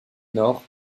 nord